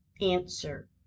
Answer